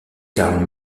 karl